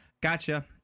gotcha